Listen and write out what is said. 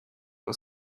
aus